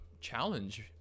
challenge